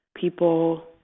people